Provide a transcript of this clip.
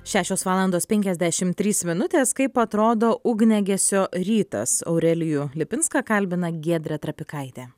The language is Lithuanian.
šešios valandos penkiasdešimt trys minutės kaip atrodo ugniagesio rytas aurelijų lipinską kalbina giedrė trapikaitė